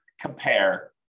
compare